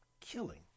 killing